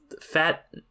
Fat